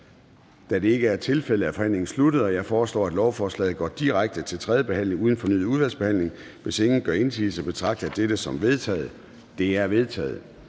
undtagelse af NB)? De er vedtaget. Jeg foreslår, at lovforslaget går direkte til tredje behandling uden fornyet udvalgsbehandling. Hvis ingen gør indsigelse, betragter jeg dette som vedtaget. Det er vedtaget.